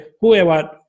whoever